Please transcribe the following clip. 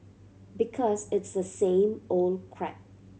because it's the same old crap